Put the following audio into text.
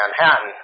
Manhattan